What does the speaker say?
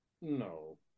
No